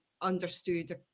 understood